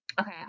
okay